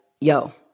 yo